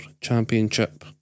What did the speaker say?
championship